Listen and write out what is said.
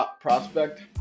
prospect